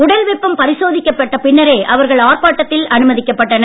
உடல் வெப்பம் பரிசோதிக்கப்பட்ட பின்னரே அவர்கள் ஆர்ப்பாட்டத்தில் அனுமதிக்கப்பட்டனர்